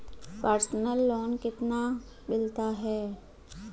Personal loan कितना मिलता है?